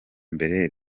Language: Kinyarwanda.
mbere